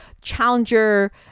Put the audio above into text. challenger